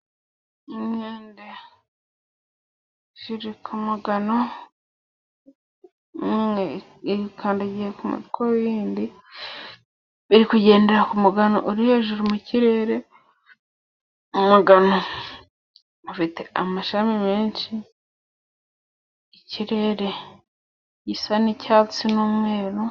Inkende ziri ku mugano imwe ikandagiye ku mutwe w' iy'indi, biri kugendera ku mugano uri hejuru mu kirere, umugano ufite amashami, ikirere gisa n'icyatsi n'umweru.